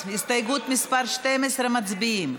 הסתייגות מס' 12, מצביעים.